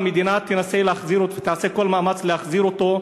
שהמדינה תעשה כל מאמץ להחזיר אותו.